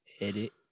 Edit